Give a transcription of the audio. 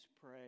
pray